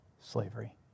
slavery